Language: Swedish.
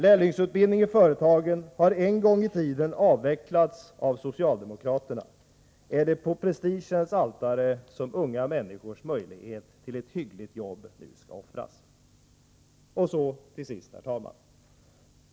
Lärlingsutbildning i företagen har en gång i tiden avvecklats av socialdemokraterna. Är det på prestigens altare som unga människors möjlighet till ett hyggligt jobb nu skall offras? Och så till sist.